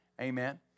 Amen